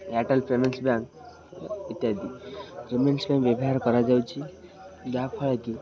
Airtel payments bank ଇତ୍ୟାଦି payments bank ବ୍ୟବହାର କରାଯାଉଛି ଯାହାଫଳରେ କି